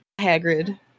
Hagrid